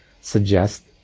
suggest